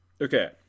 Okay